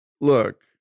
look